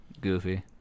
goofy